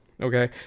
Okay